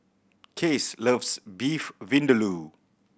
Case loves Beef Vindaloo